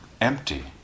empty